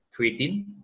creatine